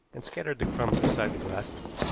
and scattered the crumbs beside the glasses.